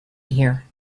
here